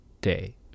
day